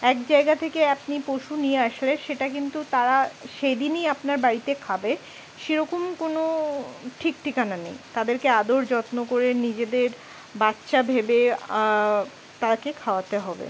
এক জায়গা থেকে আপনি পশু নিয়ে আসলে সেটা কিন্তু তারা সেদিনই আপনার বাড়িতে খাবে সেরকম কোনো ঠিক ঠিকানা নেই তাদেরকে আদর যত্ন করে নিজেদের বাচ্চা ভেবে তাদের খাওয়াতে হবে